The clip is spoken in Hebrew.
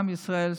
עם ישראל,